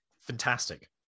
fantastic